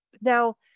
now